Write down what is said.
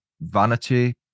vanity